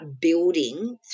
building